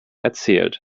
erzählt